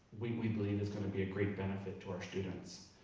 we we believe it's going to be a great benefit to our students.